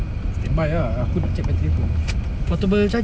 standby ah aku check battery aku